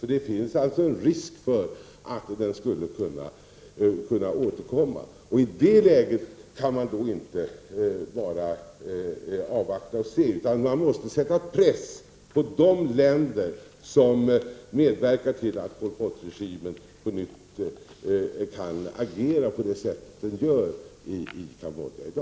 Det finns annars risk för att den kan återkomma. I det läget kan man inte bara avvakta och se, utan man måste sätta press på de länder som medverkar till att Pol Pot-regimen kan agera på det sätt som den i dag gör i Kambodja.